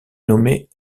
nommait